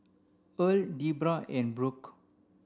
Earl Debra and Brooke